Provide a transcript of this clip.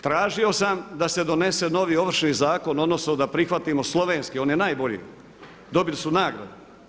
Tražio sam da se donese novi Ovršni zakon, odnosno da prihvatimo slovenski, on je najbolji, dobili su nagradu.